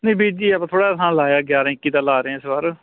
ਨਹੀਂ ਵੀਰ ਜੀ ਆਪਾਂ ਥੋੜ੍ਹਾ ਜਿਹਾ ਥਾਂ ਲਾਇਆ ਗਿਆਰਾਂ ਇੱਕੀ ਦਾ ਲਾ ਰਿਹਾ ਇਸ ਵਾਰ